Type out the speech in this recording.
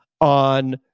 on